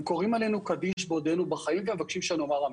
הם קוראים עלינו קדיש בעודנו בחיים ומבקשים שנאמר אמן.